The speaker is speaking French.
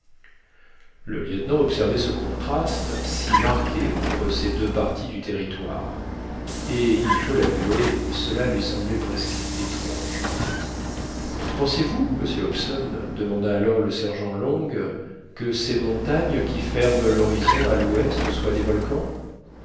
le lieutenant observait ce contraste si marqué entre ces deux parties du territoire et il faut l'avouer cela lui semblait presque étrange pensez-vous monsieur hobson demanda alors le sergent long que ces montagnes qui ferment l'horizon à l'ouest soient des volcans